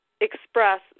express